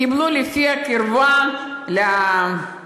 קיבלו לפי הקרבה לקואליציה,